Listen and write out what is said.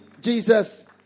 Jesus